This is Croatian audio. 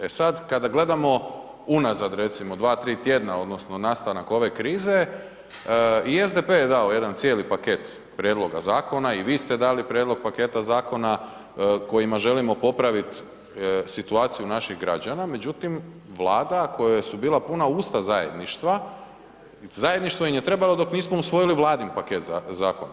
E sada, kada gledamo unazad recimo 2, 3 tjedna odnosno nastanak ove krize, i SDP je dao jedan cijeli paket prijedloga zakona i vi ste dali prijedlog paketa zakona kojima želimo popraviti situaciju naših građana, međutim, Vlada kojoj su bila puna usta zajedništva, zajedništvo im je trebalo dok nismo usvojili Vladin paket zakona.